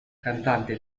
cantante